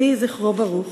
יהי זכרו ברוך.